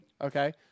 Okay